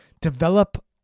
develop